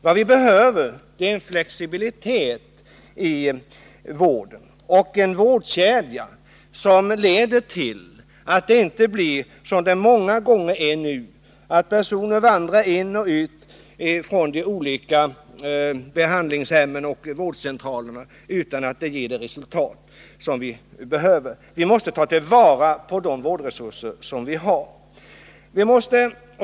Vad som behövs är flexibilitet i vården och en vårdkedja som leder till att människor inte vandrar in och ut på de olika behandlingshemmen och vårdcentralerna, vilket så många f. n. gör. Vi måste ta till vara de vårdresurser som finns.